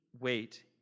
wait